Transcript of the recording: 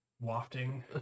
wafting